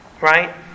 right